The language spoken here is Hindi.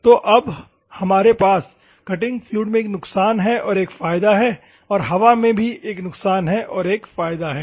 तो अब हमारे पास कटिंग फ्लूइड में एक नुकसान है और एक फायदा है और हवा में भी एक नुकसान और एक फायदा है